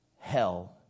hell